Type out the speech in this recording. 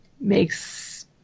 makes